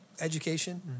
education